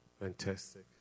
Fantastic